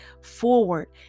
forward